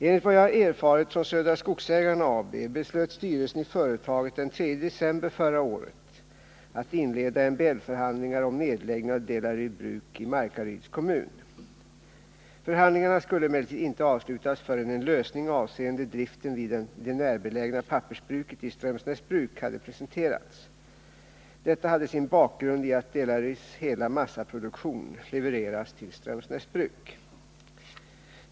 Enligt vad jag erfarit från Södra Skogsägarna AB beslöt styrelsen i företaget den 3 december förra året att inleda MBL-förhandlingar om nedläggning av Delary Bruk i Markaryds kommun. Förhandlingarna skulle emellertid inte avslutas förrän en lösning avseende driften vid det närbelägna pappersbruket i Strömsnäsbruk hade presenterats. Detta hade sin bakgrund i att Delarys hela massaproduktion levereras till Strömsnäsbruk.